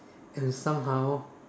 and somehow